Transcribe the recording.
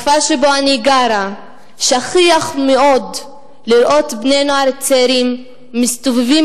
בכפר שבו אני גרה שכיח מאוד לראות בני-נוער צעירים מסתובבים